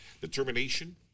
determination